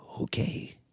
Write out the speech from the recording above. okay